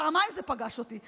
פעמיים זה פגש אותי.